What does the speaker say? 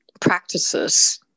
practices